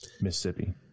Mississippi